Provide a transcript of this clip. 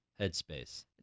headspace